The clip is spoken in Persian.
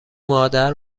مادر